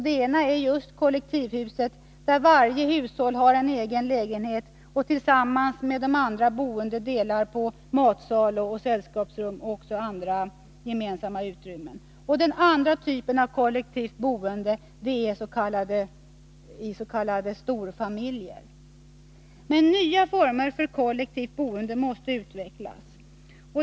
Den ena är just kollektivhuset, där varje hushåll har en egen lägenhet och tillsammans med de andra boende delar på matsal, sällskapsrum och andra gemensamma utrymmen. Den andra typen av kollektivt boende är s.k. storfamiljer. Nya former av kollektivt boende måste utvecklas.